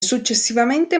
successivamente